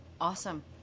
Awesome